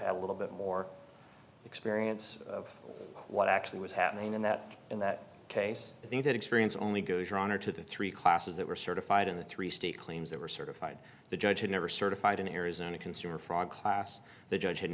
had a little bit more experience of what actually was happening and that in that case i think that experience only goes your honor to the three classes that were certified in the three state claims that were certified the judge who never certified an arizona consumer fraud class the judge had